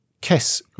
kiss